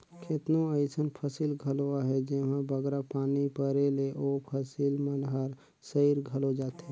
केतनो अइसन फसिल घलो अहें जेम्हां बगरा पानी परे ले ओ फसिल मन हर सइर घलो जाथे